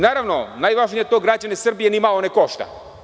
Naravno, najvažnije je to da građane Srbije ni malo ne košta.